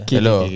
Hello